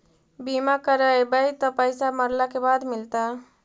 बिमा करैबैय त पैसा मरला के बाद मिलता?